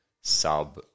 sub-